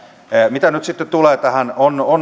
mitä nyt sitten tulee tähän